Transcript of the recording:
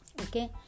okay